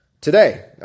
today